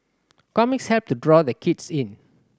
comics help to draw the kids in